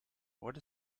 what